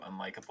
unlikable